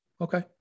Okay